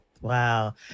wow